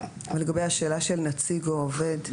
ולגבי השאלה של נציג או עובד?